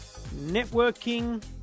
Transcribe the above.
networking